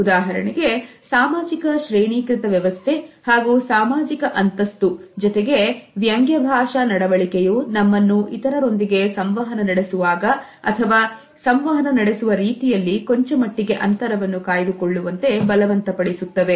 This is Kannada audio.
ಉದಾಹರಣೆಗೆ ಸಾಮಾಜಿಕ ಶ್ರೇಣೀಕೃತ ವ್ಯವಸ್ಥೆ ಹಾಗೂ ಸಾಮಾಜಿಕ ಅಂತಸ್ತು ಜೊತೆಗೆ ವ್ಯಂಗ್ಯ ಭಾಷಾ ನಡವಳಿಕೆಯು ನಮ್ಮನ್ನು ಇತರರೊಂದಿಗೆ ಸಂವಹನ ನಡೆಸುವಾಗ ಅಥವಾ ಸಂವಹನ ನಡೆಸುವ ರೀತಿಯಲ್ಲಿ ಕೊಂಚಮಟ್ಟಿಗೆ ಅಂತರವನ್ನು ಕಾಯ್ದುಕೊಳ್ಳುವಂತೆ ಬಲವಂತ ಪಡಿಸುತ್ತವೆ